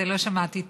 לא שמעתי.